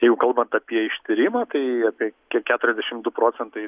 jeigu kalbant apie ištyrimą tai apie keturiasdešim du procentai